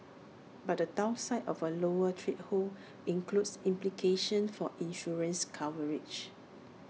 but the downside of A lower threshold includes implications for insurance coverage